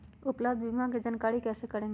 उपलब्ध बीमा के जानकारी कैसे करेगे?